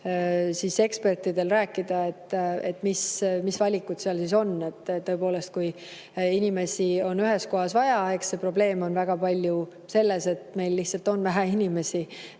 siis ekspertidel rääkida, et mis valikud seal on, kui tõepoolest inimesi on ühes kohas vaja. Eks see probleem on väga palju selles, et meil lihtsalt on vähe inimesi